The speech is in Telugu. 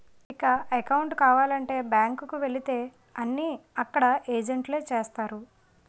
ఇక అకౌంటు కావాలంటే బ్యాంకు కు వెళితే అన్నీ అక్కడ ఏజెంట్లే చేస్తారు